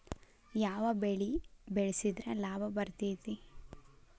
ಯಾವ ಬೆಳಿ ಬೆಳ್ಸಿದ್ರ ಲಾಭ ಬರತೇತಿ?